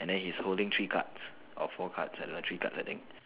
and then he's holding three cards or four cards I don't know three cards I think